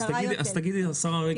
אז תגידי השרה רגב.